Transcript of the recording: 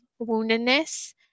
woundedness